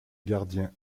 gardien